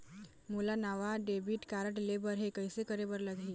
मोला नावा debit card लेबर हे, कइसे करे बर लगही?